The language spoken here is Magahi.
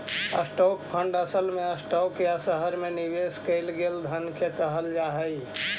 स्टॉक फंड असल में स्टॉक या शहर में निवेश कैल गेल धन के कहल जा हई